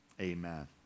Amen